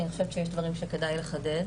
כי אני חושבת שיש דברים שכדאי לחדד.